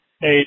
Hey